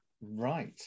right